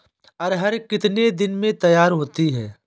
अरहर कितनी दिन में तैयार होती है?